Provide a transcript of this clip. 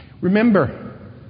Remember